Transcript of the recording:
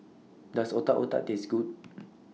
Does Otak Otak Taste Good